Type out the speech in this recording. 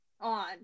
On